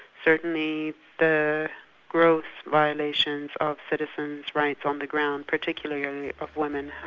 certainly the growth violations of citizens right from the ground, particularly of women,